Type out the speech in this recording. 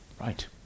right